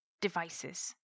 devices